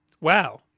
Wow